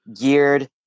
geared